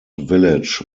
village